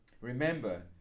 Remember